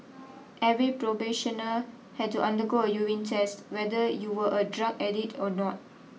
every probationer had to undergo a urine test whether you were a drug addict or not